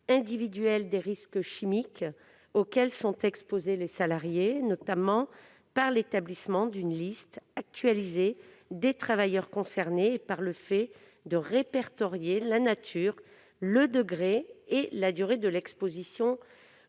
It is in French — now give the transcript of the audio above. individuelle des risques chimiques auxquels sont exposés les salariés, notamment par l'établissement d'une liste actualisée des travailleurs concernés et en répertoriant la nature, le degré et la durée de l'exposition